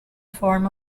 form